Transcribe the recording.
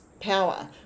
power